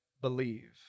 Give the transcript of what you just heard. believe